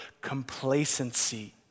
complacency